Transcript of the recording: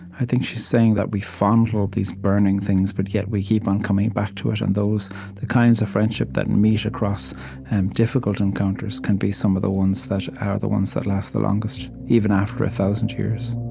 i think she's saying that we fondle these burning things, but yet we keep on coming back to it. and the kinds of friendship that and meet across and difficult encounters can be some of the ones that are the ones that last the longest even after a thousand years